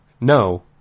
No